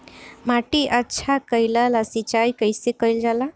माटी अच्छा कइला ला सिंचाई कइसे कइल जाला?